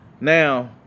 Now